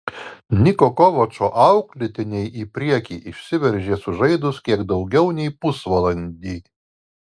niko kovačo auklėtiniai į priekį išsiveržė sužaidus kiek daugiau nei pusvalandį